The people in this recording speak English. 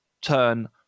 turn